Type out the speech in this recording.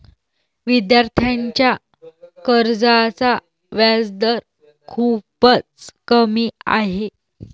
विद्यार्थ्यांच्या कर्जाचा व्याजदर खूपच कमी आहे